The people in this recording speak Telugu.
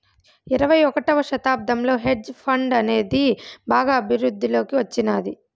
ఇరవై ఒకటవ శతాబ్దంలో హెడ్జ్ ఫండ్ అనేది బాగా వృద్ధిలోకి వచ్చినాది